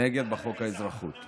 נגד בחוק האזרחות.